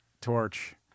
torch